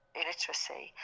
illiteracy